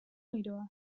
giroa